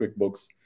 QuickBooks